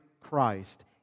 Christ